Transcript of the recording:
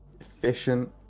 efficient